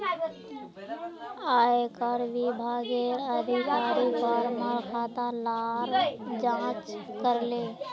आयेकर विभागेर अधिकारी फार्मर खाता लार जांच करले